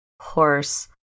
horse